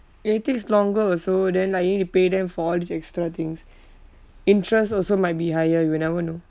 and it takes longer also then like you need to pay them for all these extra things interest also might be higher you never know